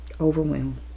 overwhelmed